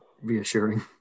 reassuring